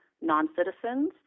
non-citizens